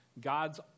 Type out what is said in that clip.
God's